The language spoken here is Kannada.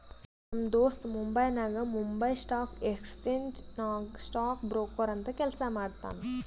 ನಮ್ ದೋಸ್ತ ಮುಂಬೈನಾಗ್ ಬೊಂಬೈ ಸ್ಟಾಕ್ ಎಕ್ಸ್ಚೇಂಜ್ ನಾಗ್ ಸ್ಟಾಕ್ ಬ್ರೋಕರ್ ಅಂತ್ ಕೆಲ್ಸಾ ಮಾಡ್ತಾನ್